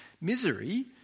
misery